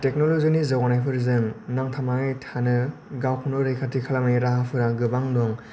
टेक्नलजिनि जौगानायफोरजों नांथाबनानै थानो गावखौनो रैखाथि खालामनायनि राहाफोरा गोबां दं